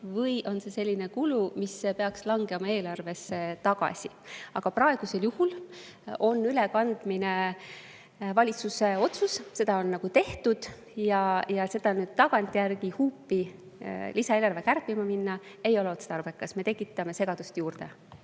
või on see selline kulu, mis peaks langema eelarvesse tagasi. Aga praegusel juhul on ülekandmine valitsuse otsus. Seda on tehtud ja seda nüüd tagantjärgi huupi lisaeelarves kärpima minna ei ole otstarbekas. Me tekitaks segadust juurde. Aga